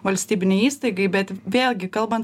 valstybinei įstaigai bet vėlgi kalbant